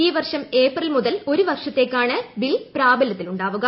ഈ വർഷം ഏപ്രിൽ മുതൽ ഒരു വർഷത്തേയ്ക്കാണ് ബിൽ പ്രാബല്യത്തിലുണ്ടാകുക